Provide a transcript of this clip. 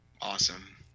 Awesome